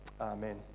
Amen